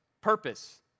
purpose